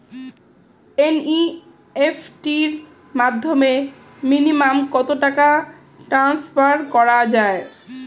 NEFT র মাধ্যমে minimum কত টাকা টান্সফার করা যায়?